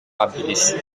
habilis